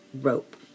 rope